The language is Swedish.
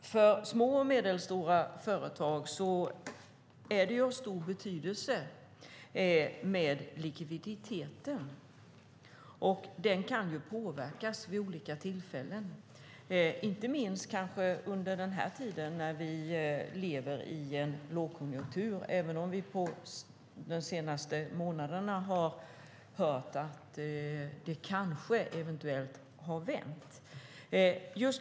För små och medelstora företag är likviditeten av stor betydelse. Den kan påverkas vid olika tillfällen, inte minst när vi som nu lever i en lågkonjunktur - även om vi de senaste månaderna har hört att det eventuellt har vänt.